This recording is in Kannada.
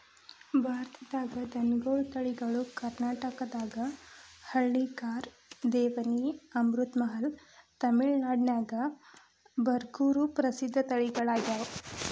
ಭಾರತದಾಗ ದನಗೋಳ ತಳಿಗಳು ಕರ್ನಾಟಕದಾಗ ಹಳ್ಳಿಕಾರ್, ದೇವನಿ, ಅಮೃತಮಹಲ್, ತಮಿಳನಾಡಿನ್ಯಾಗ ಬರಗೂರು ಪ್ರಸಿದ್ಧ ತಳಿಗಳಗ್ಯಾವ